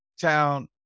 town